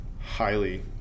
highly